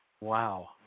Wow